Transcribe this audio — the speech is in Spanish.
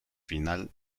final